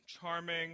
charming